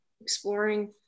exploring